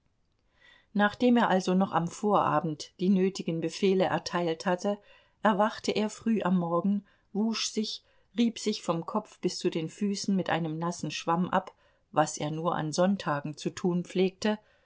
nachdem er also noch am vorabend die nötigen befehle erteilt hatte erwachte er früh am morgen wusch sich rieb sich vom kopf bis zu den füßen mit einem nassen schwamm ab was er nur an sonntagen zu tun pflegte